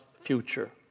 future